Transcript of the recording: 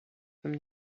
from